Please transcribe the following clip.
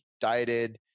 dieted